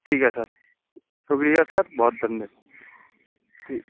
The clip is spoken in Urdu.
ٹھیک ہے سر شکریہ سر بہت دھنیہ ٹھیک